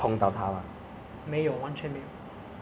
ah 你们 engineering 有很多 block it's not like